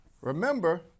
remember